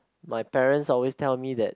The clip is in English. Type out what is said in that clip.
my parents always tell me that